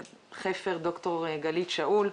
ד"ר גלית שאול,